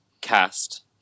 Cast